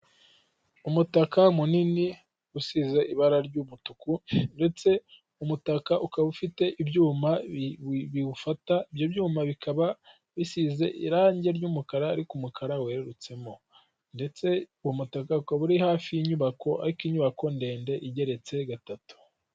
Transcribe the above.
Umutaka munini usize ibara ry'umutuku, ndetse umutaka ukaba ufite ibyuma biwufata ibyo byuma bikaba bisize irange ry'umukara ariko ku umukara werutsemo. Ndetse uwo mutaka ukaba uri hafi y'inyubako ariko inyubako ndende igeretse gatatu.